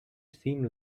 seem